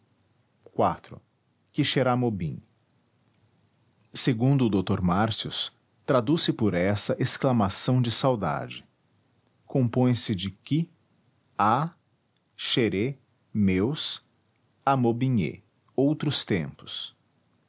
iv quixeramobim segundo o dr martius traduz se por essa exclamação de saudade compõe-se de qui ah xere meus amôbinhê outros tempos